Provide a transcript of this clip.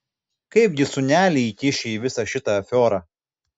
kaipgi sūnelį įkiši į visą šitą afiorą